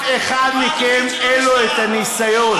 אף אחד מכם אין לו הניסיון.